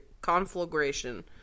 conflagration